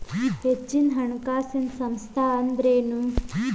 ಹೆಚ್ಚಿನ ಹಣಕಾಸಿನ ಸಂಸ್ಥಾ ಅಂದ್ರೇನು?